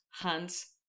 hands